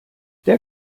der